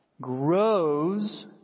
grows